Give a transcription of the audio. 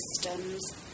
systems